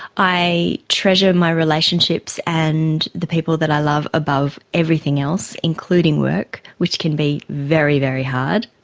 i treasure my relationships and the people that i love above everything else, including work, which can be very, very hard.